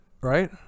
right